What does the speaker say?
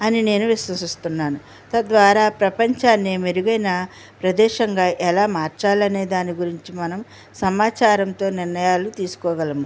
అని నేను విశ్వసిస్తున్నాను తద్వారా ప్రపంచాన్ని మెరుగైన ప్రదేశంగా ఎలా మార్చాలి అనే దాని గురించి మనం సమాచారంతో నిర్ణయాలు తీసుకోగలము